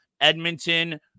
Edmonton